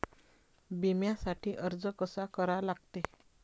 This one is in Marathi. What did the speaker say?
बिम्यासाठी अर्ज कसा करा लागते?